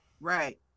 Right